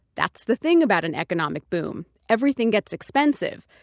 that's the thing about an economic boom everything gets expensive.